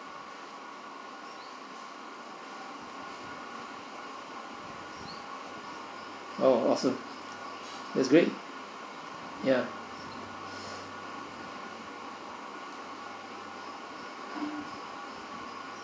oh awesome that's great ya